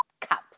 cup